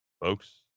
folks